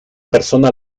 persona